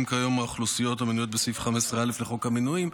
כיום האוכלוסיות המנויות בסעיף 15א לחוק המינויים.